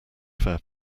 fair